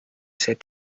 said